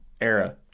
era